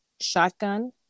shotgun